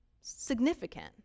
significant